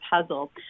puzzle